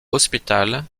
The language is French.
hospital